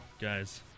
guys